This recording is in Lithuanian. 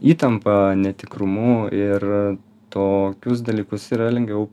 įtampa netikrumu ir tokius dalykus yra lengviau